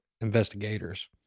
investigators